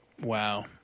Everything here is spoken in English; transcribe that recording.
Wow